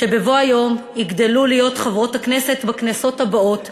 שבבוא היום יגדלו להיות חברות הכנסת בכנסות הבאות,